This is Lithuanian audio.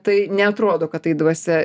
tai neatrodo kad tai dvasia